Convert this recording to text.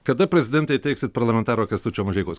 kada prezidentei teiksit parlamentaro kęstučio mažeikos